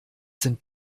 sind